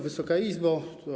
Wysoka Izbo!